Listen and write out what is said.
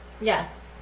Yes